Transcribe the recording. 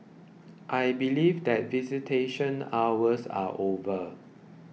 I believe that visitation hours are over